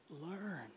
Learn